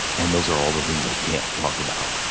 and those are all the things i can't talk about.